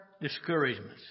discouragements